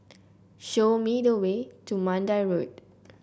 show me the way to Mandai Road